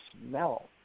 smell